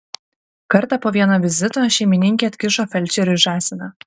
kartą po vieno vizito šeimininkė atkišo felčeriui žąsiną